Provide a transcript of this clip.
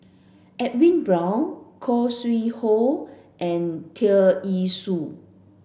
Edwin Brown Khoo Sui Hoe and Tear Ee Soon